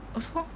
also